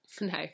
no